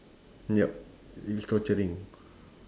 yup it is torturing